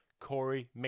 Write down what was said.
Corey